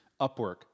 Upwork